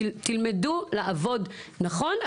תלמדו לעבוד נכון,